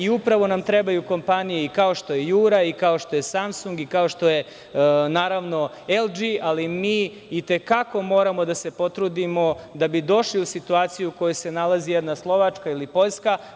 Upravo nam trebaju kompanije i kao što je „Jura“ i kao što je „Samsung“, i kao što je, naravno, „LG“, ali mi i te kako moramo da se potrudimo da bi došli u situaciju u kojoj se nalazi jedna Slovačka ili Poljska.